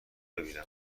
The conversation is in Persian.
ببینم